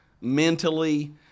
mentally